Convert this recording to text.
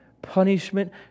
Punishment